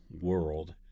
world